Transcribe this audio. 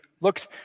looks